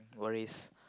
worries